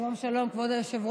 שלום, שלום, כבוד היושב-ראש.